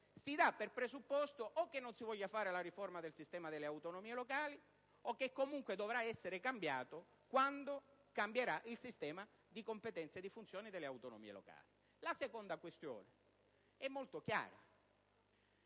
si dà per presupposto o che non si voglia fare la riforma del sistema delle autonomie locali o che comunque esso dovrà essere cambiato quando cambierà il sistema di competenze e di funzioni delle autonomie locali. La seconda questione, molto chiara,